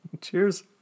Cheers